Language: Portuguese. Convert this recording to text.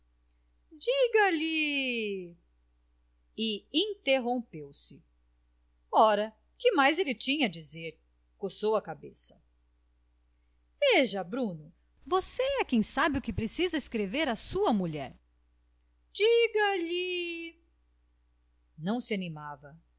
diga-lhe e interrompeu-se ora que mais ele tinha a dizer coçou a cabeça veja bruno você é quem sabe o que precisa escrever a sua mulher diga-lhe não se animava